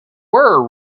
were